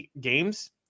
games